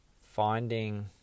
finding